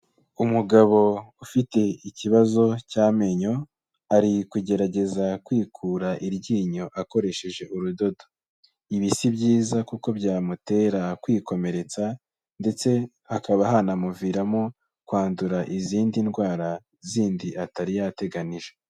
Umugabo ufite ikibazo cy'amenyo, ari kugerageza kwikura iryinyo, akoresheje urudodo. Ibi si byiza kuko byamutera kwikomeretsa. Ndetse hakaba hanamuviramo kwandura izindi ndwara zindi atari yateganije.